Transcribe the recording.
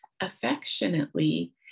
affectionately